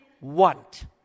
want